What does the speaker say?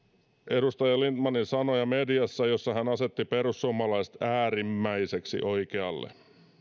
edustaja lindtmanin sanoja mediassa joissa hän asetti perussuomalaiset äärimmäiseksi oikealle